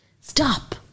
stop